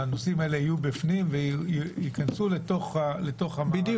הנושאים האלה יהיו בפנים וייכנסו לתוך --- בדיוק.